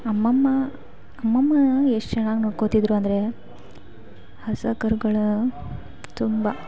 ಅಮ್ಮಮ್ಮ ಅಮ್ಮಮ್ಮ ಎಷ್ಟು ಚೆನಾಗಿ ನೋಡ್ಕೋತಿದ್ರು ಅಂದರೆ ಹಸು ಕರ್ಗಳು ತುಂಬ